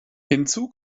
hinzu